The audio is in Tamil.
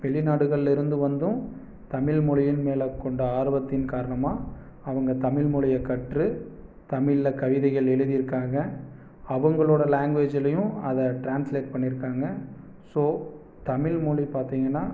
வெளிநாடுகளில் இருந்து வந்தும் தமிழ்மொழியின் மேல் கொண்ட ஆர்வத்தின் காரணமாக அவங்க தமிழ்மொழியை கற்று தமிழில் கவிதைகள் எழுதியிருக்காங்க அவங்களோட லேங்குவேஜ்லேயும் அதை டிரான்ஸ்லேட் பண்ணி இருக்காங்க ஸோ தமிழ்மொழி பார்த்திங்கன்னா